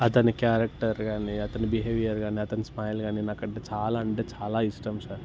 అతని కేరెక్టర్ కానీ అతని బిహేవియర్ కానీ అతని స్మైల్ కానీ నాకు అంటే చాలా అంటే చాలా ఇష్టం సార్